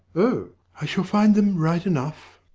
oh! i shall find them right enough.